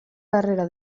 darrera